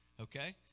okay